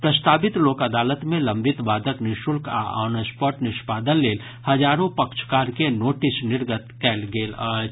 प्रस्तावित लोक अदालत मे लंबित वादक निःशुल्क आ ऑन स्पॉट निष्पादन लेल हजारो पक्षकार के नोटिस निर्गत कयल गेल अछि